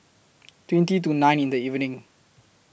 twenty to nine in The evening